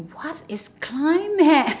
what is climate